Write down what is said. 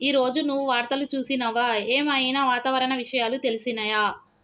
ఈ రోజు నువ్వు వార్తలు చూసినవా? ఏం ఐనా వాతావరణ విషయాలు తెలిసినయా?